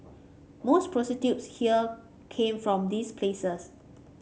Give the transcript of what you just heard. most prostitutes here came from these places